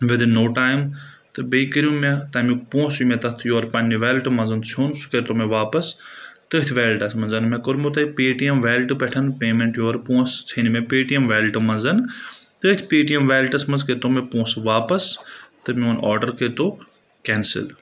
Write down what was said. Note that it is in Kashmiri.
ودِن نو ٹایم تہٕ بیٚیہِ کٔرِو مےٚ تَمیُک پونٛسہٕ مےٚ تَتھ یورٕ پنٛنہِ ویلٹہٕ منٛز سیوٚن سُہ کٔرۍ تو مےٚ واپَس تٔتھۍ ویلٹَس منٛز مےٚ کوٚرمُت پے ٹی ایٚم ویلٹہٕ پؠٹھ پیمؠنٛٹ یورٕ پونٛسہٕ ژھیٚنہِ مےٚ پے ٹی ایم ویلٹہٕ منٛز تٔتھۍ پے ٹی ایٚم ویلٹَس منٛز کٔرۍ تو مےٚ پونٛسہٕ واپَس تہٕ میون آرڈَر کٔرۍ تو کینٛسل